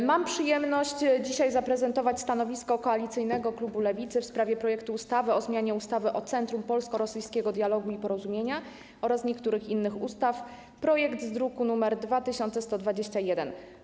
Mam dzisiaj przyjemność zaprezentować stanowisko Koalicyjnego Klubu Poselskiego Lewicy w sprawie projektu ustawy o zmianie ustawy o Centrum Polsko-Rosyjskiego Dialogu i Porozumienia oraz niektórych innych ustaw, z druku nr 2121.